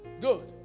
Good